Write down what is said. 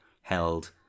held